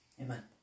Amen